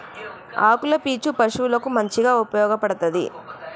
ఆకుల పీచు పశువులకు మంచిగా ఉపయోగపడ్తది